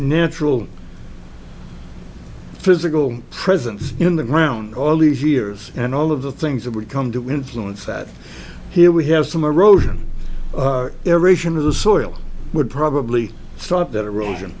natural physical presence in the ground all these years and all of the things that would come to influence that here we have some erosion erosion of the soil would probably stop that